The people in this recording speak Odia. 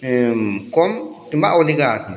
କମ୍ କିମ୍ବା ଅଧିକା ଅଛେ